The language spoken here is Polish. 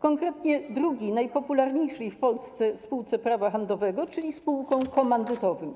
konkretnie drugim najpopularniejszym w Polsce spółkom prawa handlowego, czyli spółkom komandytowym.